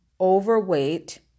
overweight